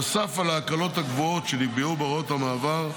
נוסף להקלות הגבוהות שנקבעו בהוראת המעבר,